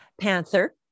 Panther